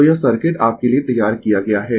तो यह सर्किट आपके लिए तैयार किया गया है